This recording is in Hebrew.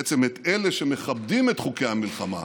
בעצם את אלה שמכבדים את חוקי המלחמה,